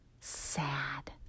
sad